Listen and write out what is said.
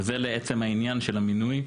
וזה לעצם העניין של המינוי,